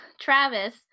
Travis